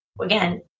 again